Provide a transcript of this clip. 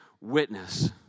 witness